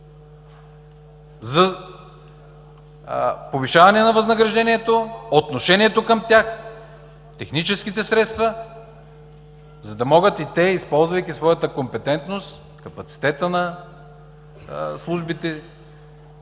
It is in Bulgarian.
за повишаване на възнагражденията, отношението към тях, техническите средства, за да могат и те използвайки своята компетентност, капацитета на службите,